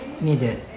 needed